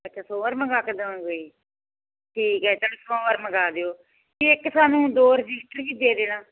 ਅੱਛਾ ਸੋਮਵਾਰ ਮੰਗਵਾ ਕੇ ਦਓਗੇ ਜੀ ਠੀਕ ਹੈ ਚੱਲ ਸੋਮਵਾਰ ਮੰਗਾ ਦਿਓ ਜੀ ਇੱਕ ਸਾਨੂੰ ਦੋ ਰਜਿਸਟਰ ਵੀ ਦੇ ਦੇਣਾ